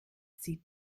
zieht